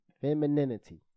femininity